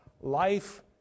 life